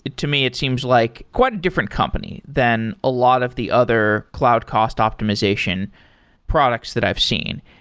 to me it seems like quite a different company than a lot of the other cloud cost optimization products that i've seen.